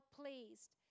pleased